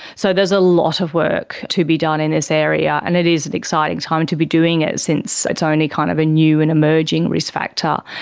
so there's a lot of work to be done in this area and it is an exciting time to be doing it since it's only kind of a new and emerging risk factor.